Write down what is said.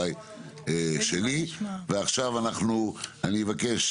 עכשיו אני אבקש,